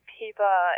people